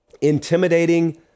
intimidating